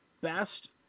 best